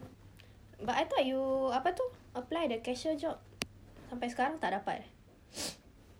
but I thought you apa itu apply the cashier job sampai sekarang tak dapat eh